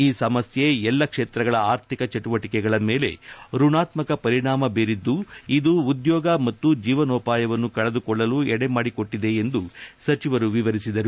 ಈ ಸಮಸ್ಯೆ ಎಲ್ಲ ಕ್ಷೇತ್ರಗಳ ಆರ್ಥಿಕ ಚಟುವಟಿಕೆಗಳ ಮೇಲೆ ಋಣಾತ್ಮಕ ಪರಿಣಾಮ ಬೀರಿದ್ದು ಇದು ಉದ್ಯೋಗ ಮತ್ತು ಜೀವನೋಪಾಯವನ್ನು ಕಳೆದುಕೊಳ್ಳಲು ಎಡೆಮಾಡಿ ಕೊಟ್ಟದೆ ಎಂದು ಸಚಿವರು ವಿವರಿಸಿದರು